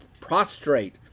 prostrate